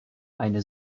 eine